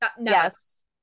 yes